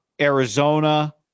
Arizona